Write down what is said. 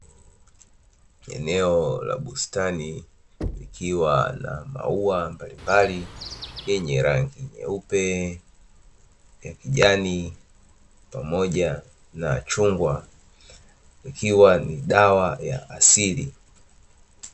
Eneo la bustani likiwa na maua mbalimbali yenye rangi nyeupe, ya kijani pamoja na chungwa ikiwa ni dawa ya asili.